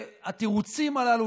והתירוצים הללו,